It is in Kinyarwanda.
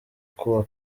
kuwa